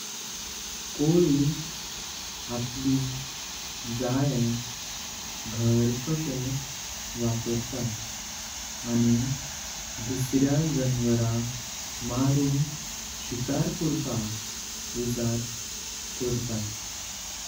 कोली आपकी जालेम घर कशी वापरतात आणि दुसऱ्या जनवरा मारून शिकर करपाक उजार करतात।